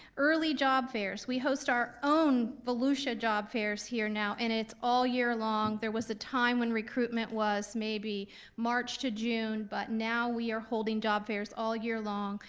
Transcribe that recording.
early job fairs, we host our own volusia job fairs here now, and it's all year long. there was a time when recruitment was maybe march to june, but now we are holding job fairs all year long.